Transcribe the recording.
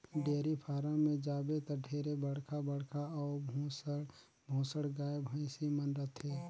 dairy farm में जाबे त ढेरे बड़खा बड़खा अउ भुसंड भुसंड गाय, भइसी मन रथे